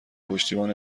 پشتیبان